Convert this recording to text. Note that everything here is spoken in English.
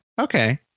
Okay